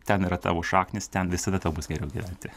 ten yra tavo šaknys ten visada tau bus geriau gyventi